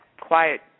quiet